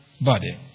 body